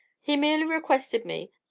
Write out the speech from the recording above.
he merely requested me,